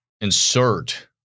insert